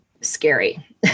scary